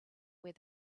where